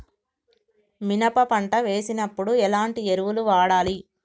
మినప పంట వేసినప్పుడు ఎలాంటి ఎరువులు వాడాలి?